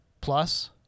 plus